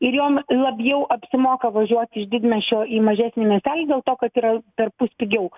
ir jom labiau apsimoka važiuoti iš didmiesčio į mažesnį miestelį dėl to kad yra perpus pigiau